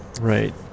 right